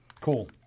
Cool